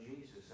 Jesus